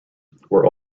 were